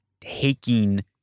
taking